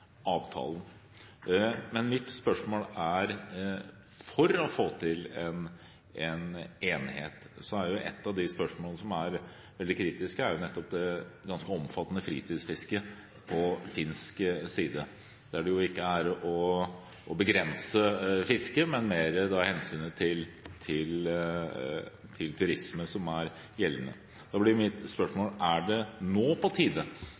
avtalen. Men mitt spørsmål er: For å få til en enighet i et av de spørsmålene som er veldig kritiske, nettopp det ganske omfattende fritidsfisket på finsk side, der det ikke er å begrense fisket, men mer hensynet til turisme som er gjeldende, er det nå på tide